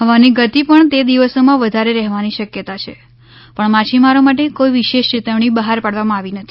હવાની ગતિ પણ તે દિવસોમાં વધારે રહેવાની શક્યતા છે પણ માછીમારો માટે કોઈ વિશેષ ચેતવણી બહાર પાડવામાં આવી નથી